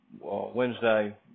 Wednesday